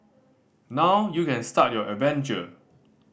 now you can start your adventure